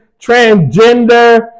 transgender